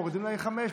מורידים חמש,